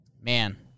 Man